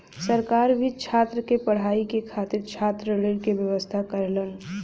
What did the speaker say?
सरकार भी छात्र के पढ़ाई के खातिर छात्र ऋण के व्यवस्था करलन